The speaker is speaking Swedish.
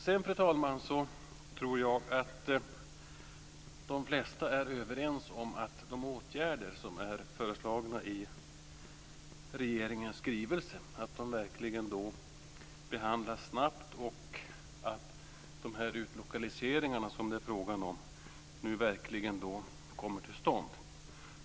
Sedan, fru talman, tror jag att de flesta av oss är överens om att de åtgärder som är föreslagna i regeringens skrivelse kommer att behandlas snabbt och att de utlokaliseringar som det är fråga om nu verkligen kommer till stånd.